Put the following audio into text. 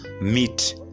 meet